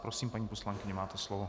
Prosím, paní poslankyně, máte slovo.